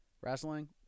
wrestling